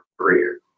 career